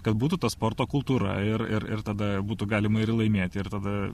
kad būtų ta sporto kultūra ir ir ir tada būtų galima ir laimėti ir tada